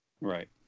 Right